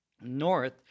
North